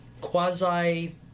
quasi